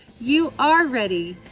you are ready.